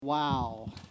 Wow